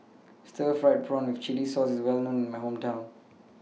Stir Fried Prawn with Chili Sauce IS Well known in My Hometown